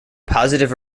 positive